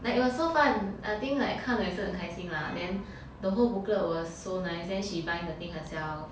like it was so fun I think like 看了也是很开心 lah then the whole booklet was so nice then she bind the thing herself